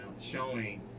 showing